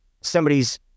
somebody's